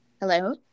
Hello